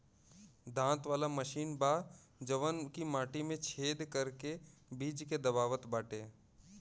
दांत वाला मशीन बा जवन की माटी में छेद करके बीज के दबावत बाटे